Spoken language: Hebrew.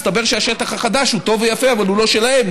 הסתבר שהשטח החדש הוא טוב ויפה אבל הוא לא שלהם,